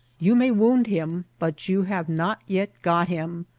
you may wound him, but you have not yet got him.